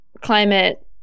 climate